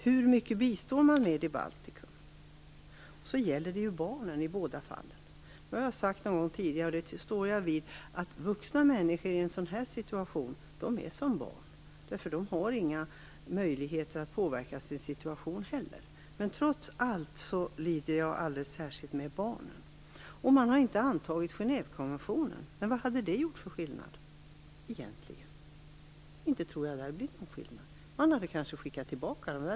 Hur mycket man än bistår med nere i Baltikum gäller det ju barnen, i båda fallen. Jag står fast vid det jag sagt vid ett tidigare tillfälle, nämligen att vuxna människor i en sådan här situation är som barn. De har heller inga möjligheter att påverka sin situation. Men jag lider trots allt alldeles särskilt med barnen. Man har inte antagit Gènevekonventionen. Men vad hade det gjort för skillnad egentligen? Inte tror jag att det hade gjort någon skillnad. Kanske hade man skickat tillbaka dem.